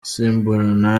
isimburana